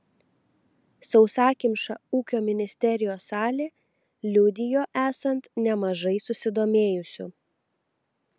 sausakimša ūkio ministerijos salė liudijo esant nemažai susidomėjusių